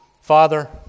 father